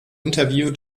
interview